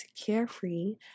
Carefree